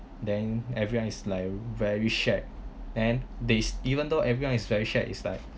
then everyone is like very shatter and they even though everyone is very shatter is like